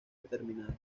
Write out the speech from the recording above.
determinado